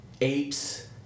apes